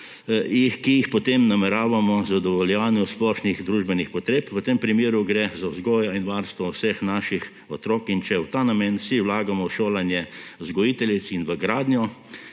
ki jih potem namenjamo zadovoljevanju splošnih družbenih potreb, v tem primeru gre za vzgojo in varstvo vseh naših otrok, in če v ta namen vsi vlagamo v šolanje vzgojiteljic in v gradnjo,